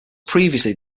previously